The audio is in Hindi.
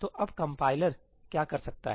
तो अब कंपाइलर क्या कर सकता है